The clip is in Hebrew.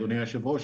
אדוני היושב-ראש,